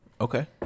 Okay